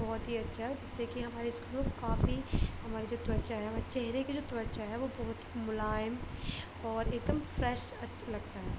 بہت ہی اچھا ہے جس سے کہ ہماری اسکن کافی ہماری جو توچا ہے چہرے کی جو توچا ہے وہ بہت ملائم اور ایک دم فریش اچھا لگتا ہے